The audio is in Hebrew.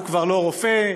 הוא כבר לא רופא,